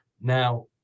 Now